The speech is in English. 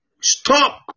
Stop